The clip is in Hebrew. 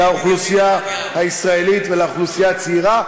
לאוכלוסייה הישראלית ולאוכלוסייה הצעירה,